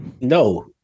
No